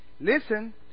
Listen